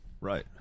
Right